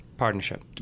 Partnership